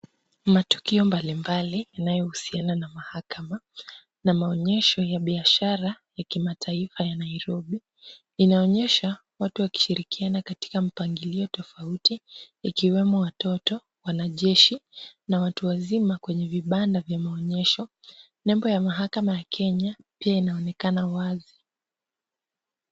Matukio mbalimbali inayohusiana na mahakama na maonyesho ya biashara ya kimataifa ya Nairobi, inaonyesha watu wakishirikiana katika mpangilio tofauti ikiwemo watoto, wanajeshi na watu wazima kwenye vibanda vya maonyesho. Nembo ya mahakama ya Kenya pia inaonekana wazi.